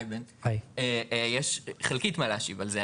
היי בן, יש חלקית מה להשיב על זה.